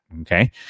Okay